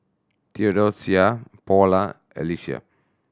Theodocia Paula Alysia